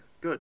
good